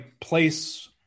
place